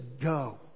go